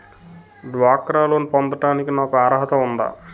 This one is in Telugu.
డ్వాక్రా లోన్ పొందటానికి నాకు అర్హత ఉందా?